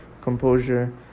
composure